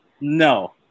no